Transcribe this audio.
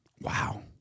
Wow